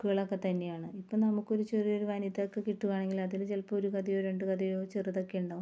ബുക്കുകളൊക്കെ തന്നെയാണ് ഇപ്പം നമുക്കൊരു ചെറിയൊരു വനിത ഒക്കെ കിട്ടുവാണെങ്കില് അതില് ചിലപ്പം ഒരു കഥയോ രണ്ട് കഥയോ ചെറുതൊക്കെ ഉണ്ടാവും